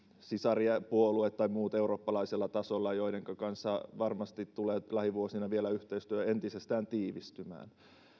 sisarpuolueet tai muut eurooppalaisella tasolla joidenka kanssa varmasti tulee lähivuosina yhteistyö vielä entisestään tiivistymään